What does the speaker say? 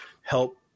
help